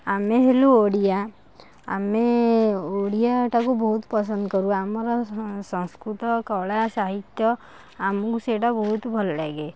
ଆମେ ହେଲୁ ଓଡ଼ିଆ ଆମେ ଓଡ଼ିଆଟାକୁ ବହୁତ ପସନ୍ଦ କରୁ ଆମର ସଂ ସଂସ୍କୃତ କଳା ସାହିତ୍ଯ ଆମକୁ ସେଇଟା ବହୁତ ଭଲ ଲାଗେ